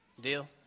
Deal